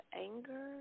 anger